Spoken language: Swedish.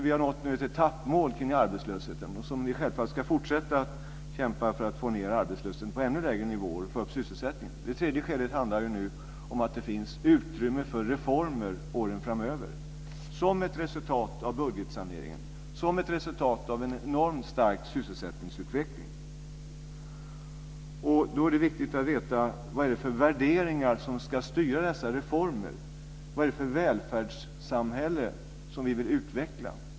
Vi har nått ett etappmål i fråga om arbetslösheten, men vi ska självfallet fortsätta att kämpa för att få ned arbetslösheten till ännu lägre nivåer och för att få upp sysselsättningen. Det tredje skedet handlar nu om att det finns utrymme för reformer åren framöver. Det är ett resultat av budgetsaneringen och av en enormt stark sysselsättningsutveckling. Då är det viktigt att veta vad det är för värderingar som ska styra dessa reformer. Vad är det för välfärdssamhälle som vi vill utveckla?